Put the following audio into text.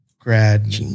grad